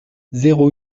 zéro